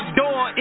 door